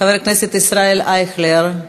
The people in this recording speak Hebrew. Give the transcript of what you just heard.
חבר הכנסת ישראל אייכלר,